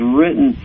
written